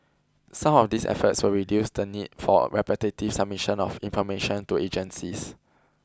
some of these efforts will reduce the need for repetitive submission of information to agencies